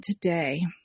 today